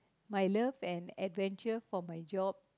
my love and adventure for my job